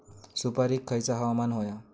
सुपरिक खयचा हवामान होया?